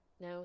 Now